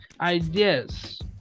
Ideas